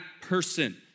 person